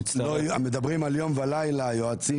מדברים על יום ולילה, יועצים